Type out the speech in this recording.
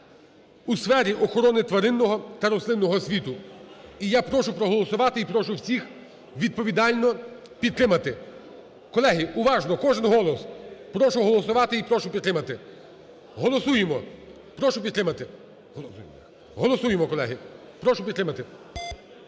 у сфері охорони тваринного та рослинного світу. І я прошу проголосувати, і прошу всіх відповідально підтримати. Колеги, уважно, кожен голос. Прошу голосувати і прошу підтримати. Голосуємо. Прошу підтримати. Голосуємо, колеги. Прошу підтримати.